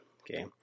Okay